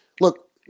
look